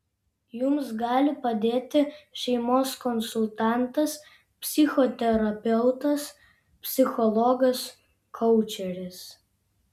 jums gali padėti šeimos konsultantas psichoterapeutas psichologas koučeris